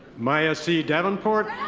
maya c. davenport.